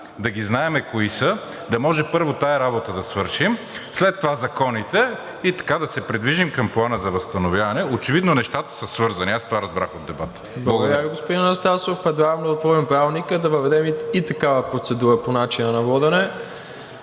Да ги знаем кои са, да може първо тази работа да свършим, след това законите и така да се придвижим към Плана за възстановяване. Очевидно нещата са свързани, аз това разбрах от дебата. Благодаря. ПРЕДСЕДАТЕЛ МИРОСЛАВ ИВАНОВ: Благодаря Ви, господин Анастасов. Предлагам да отворим Правилника, да въведем и такава процедура по начина на водене.